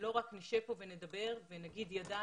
שלא רק נשב כאן ונדבר ונגיד שידענו.